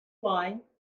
line